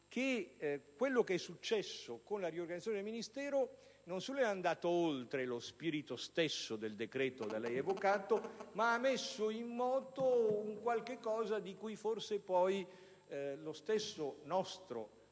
che quanto è accaduto con la riorganizzazione del Ministero non solo è andato oltre lo spirito stesso del decreto da lei evocato, ma ha messo in moto qualcosa che poi lo stesso nostro